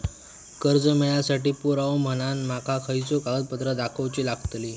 कर्जा मेळाक साठी पुरावो म्हणून माका खयचो कागदपत्र दाखवुची लागतली?